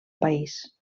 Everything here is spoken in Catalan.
país